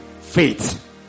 faith